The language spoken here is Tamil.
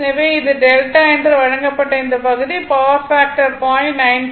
எனவே இது δ என்று வழங்கப்பட்ட இந்த பகுதி பவர் ஃபாக்டர் 0